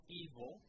evil